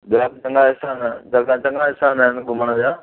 ॿिया बि चङा स्थान आहिनि चङा चङा स्थान आहिनि घुमण जा